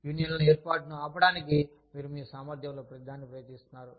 యూనియన్ల ఏర్పాటును ఆపడానికి మీరు మీ సామర్థ్యంలో ప్రతిదాన్ని ప్రయత్నిస్తారు